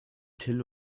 till